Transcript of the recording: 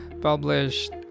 published